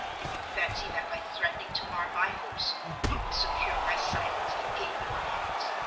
and you fancy that by threatening to mar my hopes you will secure my silence, and gain your end.